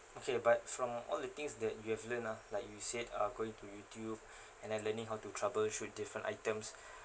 okay but from all the things that you have learnt ah like you said uh going to YouTube and then learning how to troubleshoot different items